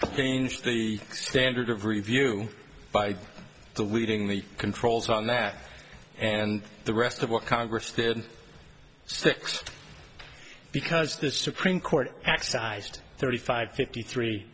change the standard of review by deleting the controls on that and the rest of what congress did six because the supreme court exercised thirty five fifty three